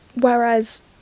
Whereas